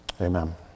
Amen